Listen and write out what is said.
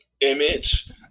image